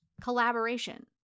collaboration